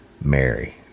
Mary